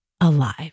alive